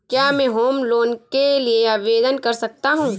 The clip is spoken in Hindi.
क्या मैं होम लोंन के लिए आवेदन कर सकता हूं?